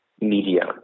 media